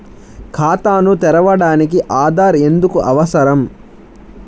ఖాతాను తెరవడానికి ఆధార్ ఎందుకు అవసరం?